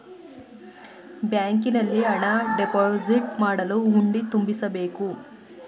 ಬ್ಯಾಂಕಿನಲ್ಲಿ ಹಣ ಡೆಪೋಸಿಟ್ ಮಾಡಲು ಹುಂಡಿ ತುಂಬಿಸಬೇಕು